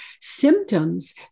symptoms